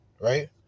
right